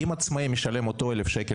אם עצמאי משלם את אותם 1,000 ₪,